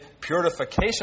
purification